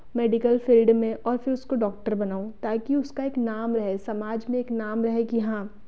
medical field में और फिर उसको डॉक्टर बनाऊँ ताकि उसका एक नाम रहे समाज में एक नाम रहे कि हाँ